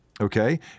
Okay